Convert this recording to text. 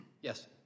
Yes